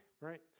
right